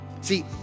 See